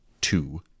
two